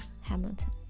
Hamilton